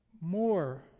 more